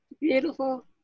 Beautiful